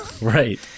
Right